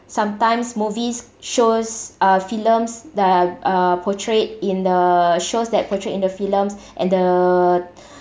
sometimes movies shows uh films that uh are portrayed in the shows that portrayed in the films and the